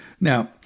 Now